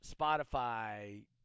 Spotify